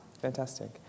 Fantastic